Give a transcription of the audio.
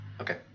Okay